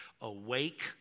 Awake